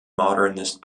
modernist